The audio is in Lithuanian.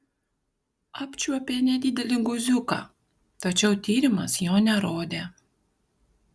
apčiuopė nedidelį guziuką tačiau tyrimas jo nerodė